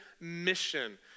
mission